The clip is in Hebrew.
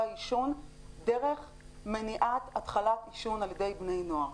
העישון דרך מניעת התחלת עישון על ידי בני נוער.